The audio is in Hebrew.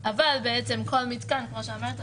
אבל כמו שאמרת,